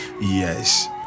yes